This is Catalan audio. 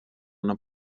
una